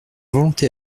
volonté